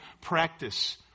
practice